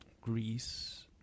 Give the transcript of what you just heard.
Greece